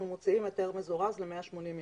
אנחנו מוציאים היתר מזורז ל-180 ימים.